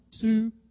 two